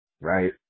Right